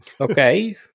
Okay